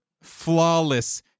flawless